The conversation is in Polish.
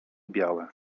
białe